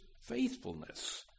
faithfulness